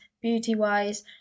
beauty-wise